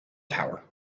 tower